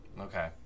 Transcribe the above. Okay